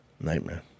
nightmare